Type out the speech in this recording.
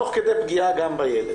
תוך כדי פגיעה גם בילד.